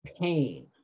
pain